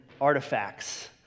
artifacts